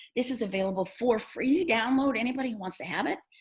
this is available for free download, anybody who wants to have it.